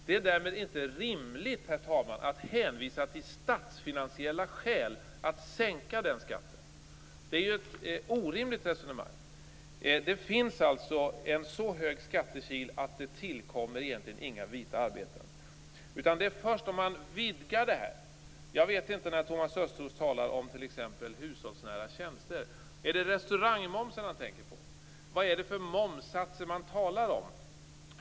Det är därmed inte rimligt, herr talman, att hänvisa till statsfinansiella skäl när det är fråga om att sänka den skatten. Det är ett orimligt resonemang. Det finns alltså en så hög skattekil att det egentligen inte tillkommer några vita arbeten alls. Det sker först när man vidgar detta. När Thomas Östros talar om t.ex. hushållsnära tjänster, är det restaurangmomsen han tänker på? Vad är det för momssatser man talar om?